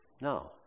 No